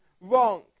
wrong